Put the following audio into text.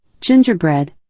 gingerbread